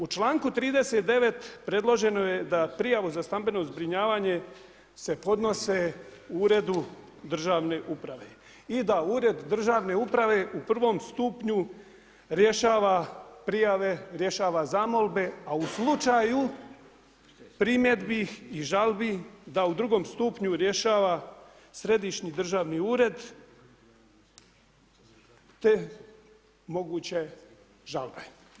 U članku 39. predloženo je da prijavu za stambeno zbrinjavanje se podnose Uredu državne uprave i da Ured državne uprave u prvom stupnju rješava prijave, rješava zamolbe a u slučaju primjedbi i žalbi da u drugom stupnju rješava Središnji državni ured te moguće žalbe.